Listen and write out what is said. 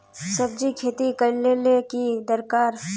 सब्जी खेती करले ले की दरकार?